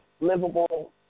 livable